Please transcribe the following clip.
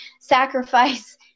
sacrifice